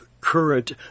current